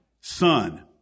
son